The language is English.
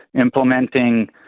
implementing